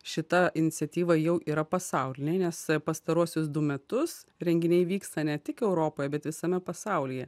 šita iniciatyva jau yra pasaulinė nes pastaruosius du metus renginiai vyksta ne tik europoje bet visame pasaulyje